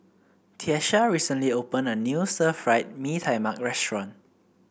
Tiesha recently opened a new Stir Fried Mee Tai Mak restaurant